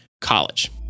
college